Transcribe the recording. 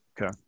Okay